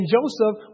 Joseph